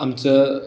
आमचं